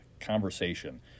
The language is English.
conversation